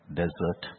desert